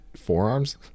forearms